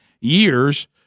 years